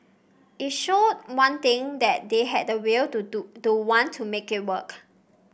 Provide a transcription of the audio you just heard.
it showed one thing that they had the will to do to want to make it work